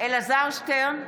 אלעזר שטרן,